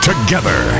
Together